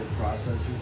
processors